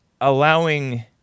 allowing